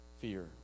Fear